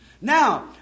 Now